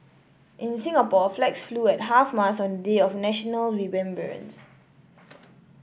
in Singapore flags flew at half mast on the day of national remembrance